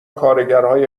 کارگرهای